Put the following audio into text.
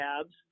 tabs